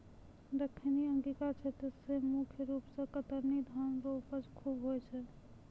दक्खिनी अंगिका क्षेत्र मे मुख रूप से कतरनी धान रो उपज खूब होय छै